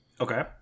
Okay